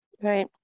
Right